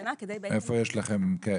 --- איפה יש לכם,